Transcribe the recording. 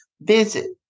Visit